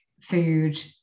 food